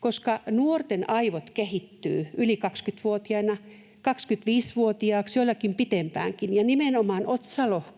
Koska nuorten aivot kehittyvät yli 20‑vuotiaana — 25‑vuotiaaksi, joillakin pitempäänkin. Ja nimenomaan otsalohko,